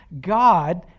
God